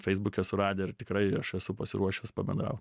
feisbuke suradę ir tikrai aš esu pasiruošęs pabendraut